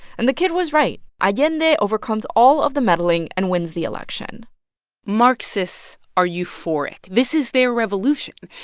and the kid was right. allende overcomes all of the meddling and wins the election marxists are euphoric. this is their revolution.